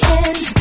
end